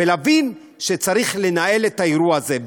ולהבין שצריך לנהל את האירוע הזה,